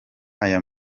aya